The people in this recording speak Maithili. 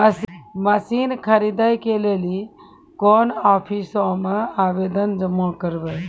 मसीन खरीदै के लेली कोन आफिसों मे आवेदन जमा करवै?